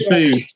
food